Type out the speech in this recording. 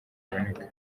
aboneka